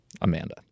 Amanda